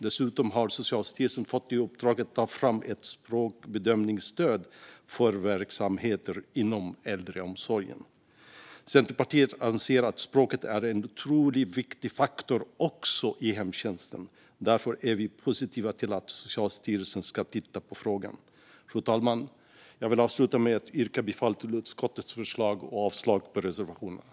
Dessutom har Socialstyrelsen fått i uppdrag att ta fram ett språkbedömningsstöd för verksamheter inom äldreomsorgen. Centerpartiet anser att språket är en otroligt viktig faktor också i hemtjänsten. Därför är vi positiva till att Socialstyrelsen ska titta på frågan. Fru talman! Jag yrkar bifall till utskottets förslag och avslag på reservationerna.